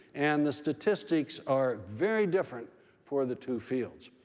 and the statistics are very different for the two fields.